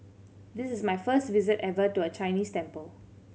this is my first visit ever to a Chinese temple